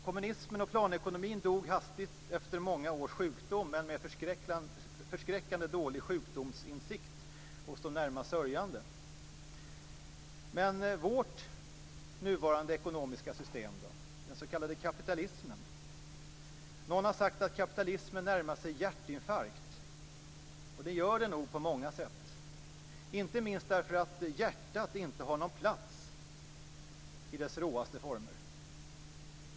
Kommunismen och planekonomin dog hastigt efter många års sjukdom, men med förskräckande dålig sjukdomsinsikt hos de närmast sörjande. Hur är det då med vårt nuvarande ekonomiska system, den s.k. kapitalismen? Någon har sagt att kapitalismen närmar sig hjärtinfarkt, och det gör den nog på många sätt, inte minst därför att hjärtat inte har någon plats i dess råaste former.